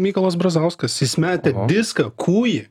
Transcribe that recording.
mykolas brazauskas jis metė diską kūjį